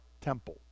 temple